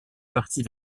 partie